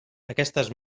aquestes